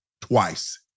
twice